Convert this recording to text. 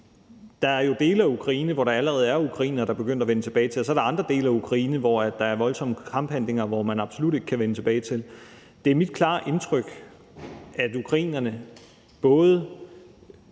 Der er jo dele af Ukraine, som der allerede er ukrainere der er begyndt at vende tilbage til, og så er der andre dele af Ukraine, hvor der er voldsomme kamphandlinger, og som man absolut ikke kan vende tilbage til. Det er mit klare indtryk, at ukrainerne, både